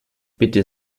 bitte